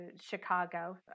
Chicago